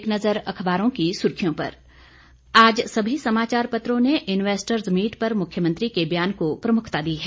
एक नजर अखबारों की सुर्खियों पर आज सभी समाचार पत्रों ने इनवेस्टर मीट पर मुख्यमंत्री के बयान को प्रमुखता दी है